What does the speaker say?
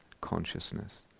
consciousness